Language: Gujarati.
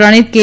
પ્રણીત કે